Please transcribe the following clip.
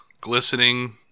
glistening